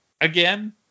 again